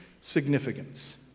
significance